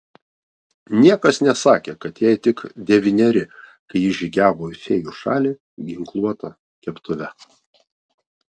niekas nesakė kad jai tik devyneri kai ji žygiavo į fėjų šalį ginkluota keptuve